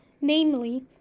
namely